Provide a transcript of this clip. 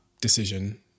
decision